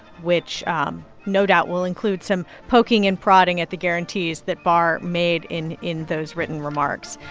which um no doubt will include some poking and prodding at the guarantees that barr made in in those written remarks,